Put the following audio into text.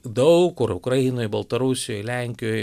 daug kur ukrainoj baltarusijoj lenkijoj